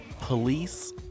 police